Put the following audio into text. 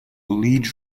league